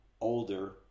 older